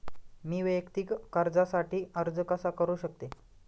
मी वैयक्तिक कर्जासाठी अर्ज कसा करु शकते?